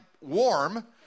warm